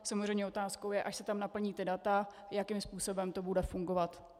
Samozřejmě otázkou je, až se tam naplní data, jakým způsobem to bude fungovat.